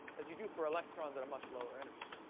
as you do for electrons at a much lower energy.